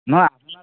নহয়